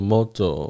Moto